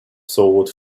sword